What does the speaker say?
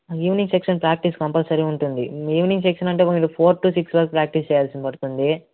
evening section practice compulsory ఉంటుంది evening section అంటే four to six వరకు ప్రాక్టీస్ చేయాల్సి బడుతుంది